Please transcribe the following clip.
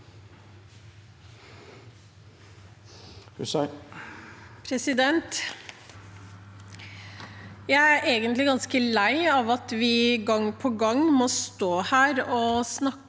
Jeg er egentlig ganske lei av at vi gang på gang må stå her og snakke om